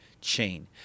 chain